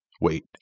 wait